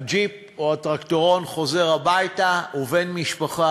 הג'יפ או הטרקטורון חוזר הביתה ובן-משפחה